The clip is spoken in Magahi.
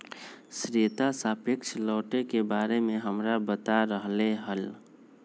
श्वेता सापेक्ष लौटे के बारे में हमरा बता रहले हल